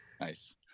nice